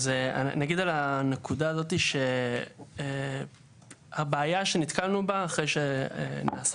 אז נגיד על הנקודה הזאת שהבעיה שנתקלנו בה אחרי שנעשה